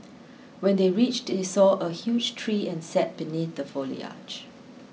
when they reached they saw a huge tree and sat beneath the foliage